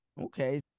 Okay